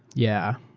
yeah.